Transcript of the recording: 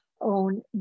own